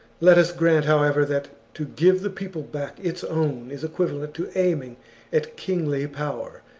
let us grant, however, that to give the people back its own is equivalent to aiming at kingly power,